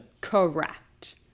Correct